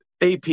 AP